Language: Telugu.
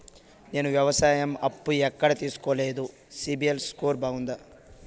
నేను వ్యవసాయం అప్పు ఎక్కడ తీసుకోలేదు, సిబిల్ స్కోరు బాగుందా?